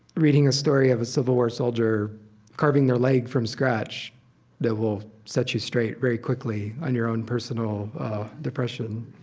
reading a story of a civil war soldier carving their leg from scratch that will set you straight very quickly on your own personal depression.